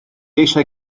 eisiau